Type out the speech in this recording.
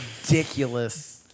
ridiculous